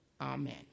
amen